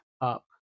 up